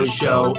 show